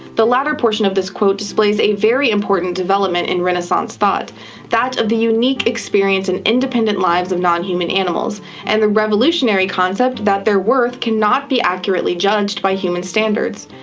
the latter portions of this quote displays a very important development in renaissance thought that of the unique experience and independent lives of non-human animals and the revolutionary concept that their worth cannot be accurately judged by human standards.